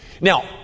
Now